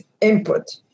input